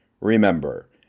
Remember